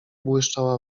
błyszczała